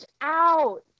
out